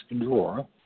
drawer